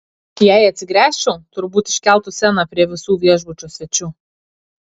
jei atsigręžčiau turbūt iškeltų sceną prie visų viešbučio svečių